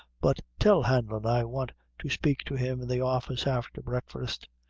but tell hanlon i want to speak to him in the office after breakfast.